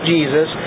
Jesus